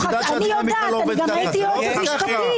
את יודעת שהדינמיקה לא עובדת ככה.